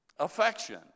affection